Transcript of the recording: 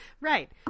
right